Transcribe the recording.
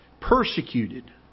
Persecuted